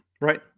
Right